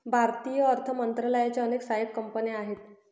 भारतीय अर्थ मंत्रालयाच्या अनेक सहाय्यक कंपन्या आहेत